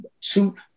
two